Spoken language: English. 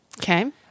Okay